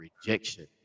rejection